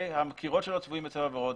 הקירות שלו צבועים בצבע ורוד.